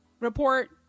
report